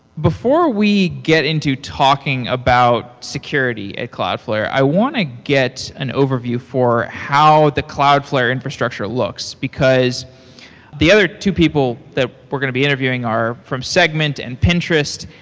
before we get into talking about security at cloudflare, i want to get an overview for how the cloudflare infrastructure looks, because the other two people that were going to be interviewing are from segment and pinterest,